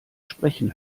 sprechen